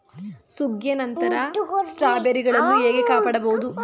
ಸುಗ್ಗಿಯ ನಂತರ ಸ್ಟ್ರಾಬೆರಿಗಳನ್ನು ಹೇಗೆ ಕಾಪಾಡ ಬಹುದು?